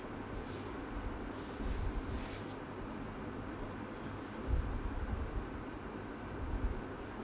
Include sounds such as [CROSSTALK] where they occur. [BREATH]